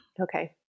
Okay